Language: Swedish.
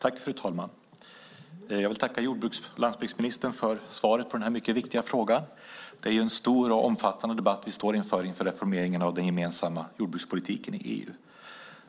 Fru talman! Jag tackar landsbygdsministern för svaret på denna viktiga fråga. Vi står inför en stor och omfattande debatt inför reformeringen av den gemensamma jordbrukspolitiken i EU.